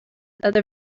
other